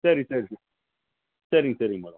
சரி சே சரி சரிங்க சரிங்க மேடம்